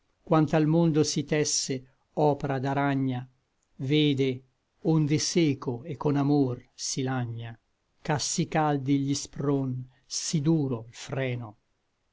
pieno quant'al mondo si tesse opra d'aragna vede onde seco et con amor si lagna ch'à sí caldi gli spron sí duro l freno